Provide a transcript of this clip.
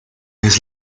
vez